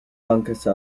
bankası